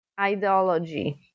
ideology